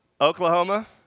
Oklahoma